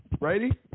Ready